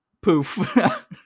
poof